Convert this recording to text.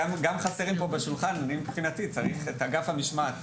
אני מבחינתי צריך את אגף המשמעת,